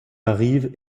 arrive